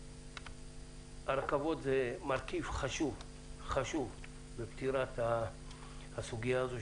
הרכבות זה מרכיב חשוב בפתירת הסוגיה הזו,